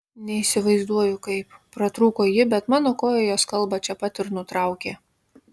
neįsivaizduoju kaip pratrūko ji bet mano koja jos kalbą čia pat ir nutraukė